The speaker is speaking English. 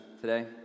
today